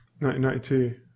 1992